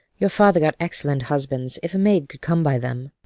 your father got excellent husbands, if a maid could come by them.